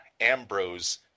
Ambrose